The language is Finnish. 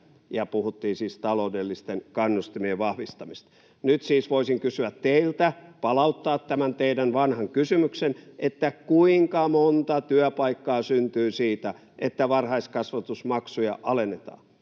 puhuttiin siis taloudellisten kannustimien vahvistamisesta. Nyt siis voisin kysyä teiltä, palauttaa tämän teidän vanhan kysymyksen, että kuinka monta työpaikkaa syntyy siitä, että varhaiskasvatusmaksuja alennetaan.